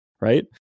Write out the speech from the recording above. right